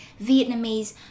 Vietnamese